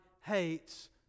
hates